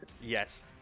yes